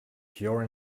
pure